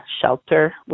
shelter